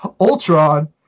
Ultron